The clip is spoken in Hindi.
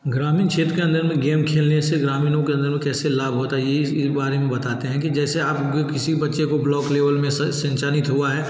ग्रामीण क्षेत्र के अंदर में गेम खेलने से ग्रामीणों के अंदर में कैसे लाभ होता है ये इस इक बारे में बताते हैं कि जैसे आपको किसी बच्चे को ब्लॉक लेवल में संचनित हुआ है